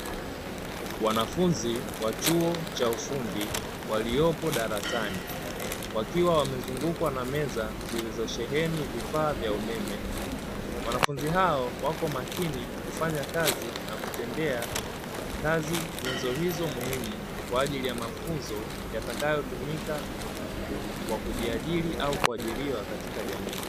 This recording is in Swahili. Wanafunzi wa chuo cha ufundi waliopo darasani, wakiwa wamezungukwa na meza zilizosheheni vifaa vya umeme. Wanafunzi hao wako makini kufanya kazi na kutendea kazi nyenzo hizo muhimu, kwa ajili ya mafunzo yatakayotumika kwa kujiajiri au kuajiriwa katika jamii.